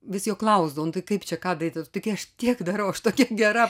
vis jo klausdavau nu tai kaip čia ką daryti taigi aš tiek darau aš tokia gera